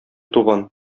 туган